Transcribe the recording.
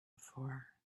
before